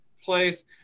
Place